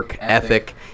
ethic